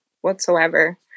whatsoever